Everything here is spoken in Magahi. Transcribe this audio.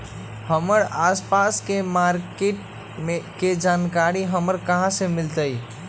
हमर आसपास के मार्किट के जानकारी हमरा कहाँ से मिताई?